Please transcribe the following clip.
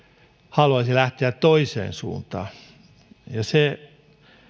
haluaisi lähteä toiseen suuntaan se